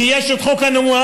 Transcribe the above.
כי יש את חוק הנומרטור.